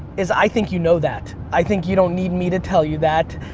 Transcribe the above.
is i think you know that. i think you don't need me to tell you that.